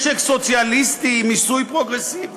משק סוציאליסטי עם מיסוי פרוגרסיבי.